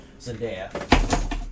Zendaya